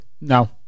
No